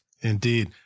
Indeed